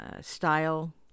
style